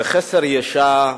בחסר ישע,